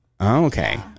Okay